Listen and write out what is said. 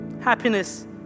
happiness